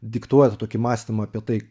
diktuoja tą tokį mąstymą apie tai